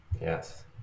Yes